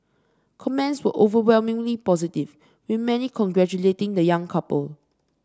comments were overwhelmingly positive with many congratulating the young couple